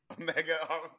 Omega